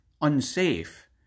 unsafe